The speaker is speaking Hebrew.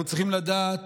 אנחנו צריכים לדעת